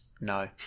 No